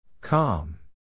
Calm